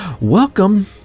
Welcome